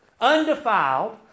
Undefiled